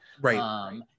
right